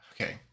Okay